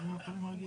מה, מה.